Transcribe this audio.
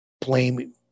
blame